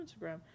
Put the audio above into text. Instagram